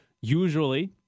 Usually